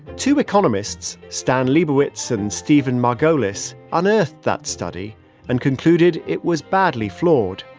two economists, stan liebowitz and stephen margolis, unearthed that study and concluded it was badly flawed.